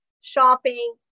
shopping